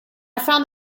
found